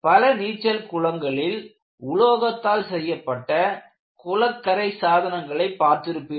பல நீச்சல் குளங்களில் உலோகத்தால் செய்யப்பட்ட குளக்கரை சாதனங்களை பார்த்திருப்பீர்கள்